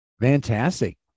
Fantastic